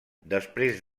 després